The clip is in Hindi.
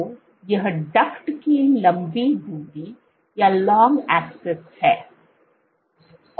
तो यह डक्ट की लंबी धुरी है